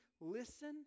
listen